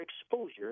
exposure